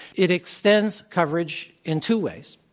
it extends coverage in two ways,